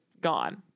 gone